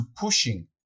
pushing